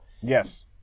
yes